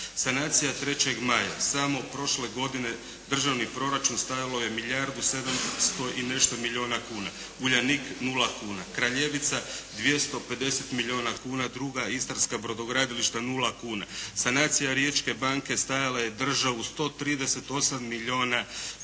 sanacija "Trećeg maja" samo prošle godine državni proračun stajalo je milijardu sedamsto i nešto milijuna kuna. "Uljanik" 0 kuna, Kraljevica 250 milijuna kuna, druga istarska brodogradilišta 0 kuna. Sanacija Riječke banke stajala je državu 138 milijuna